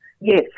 Yes